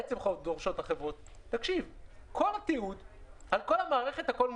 תמשיך בבקשה.